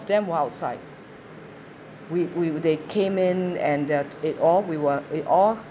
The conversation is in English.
them outside we we they came in and the it all we were we're all